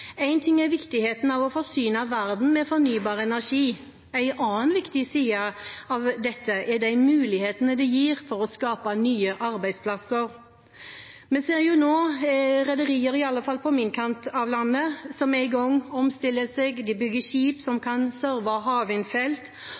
ting er viktigheten av å forsyne verden med fornybar energi. En annen viktig side er mulighetene det gir til å skape nye arbeidsplasser. Vi ser nå rederier, i alle fall på min kant av landet, som er i gang med å omstille seg og bygger skip som kan serve havvindfelt.